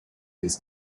his